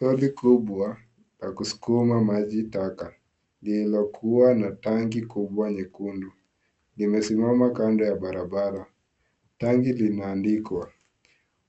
Lori kubwa la kusukuma majitaka lililokuwa na tanki kubwa nyekundu limesimama kando ya barabara. Tanki limeandikwa.